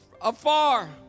afar